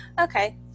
Okay